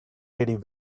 lady